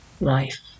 life